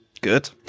good